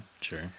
sure